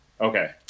Okay